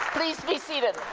please be seated.